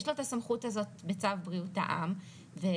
יש לו את הסמכות הזאת בצו בריאות העם ובדיון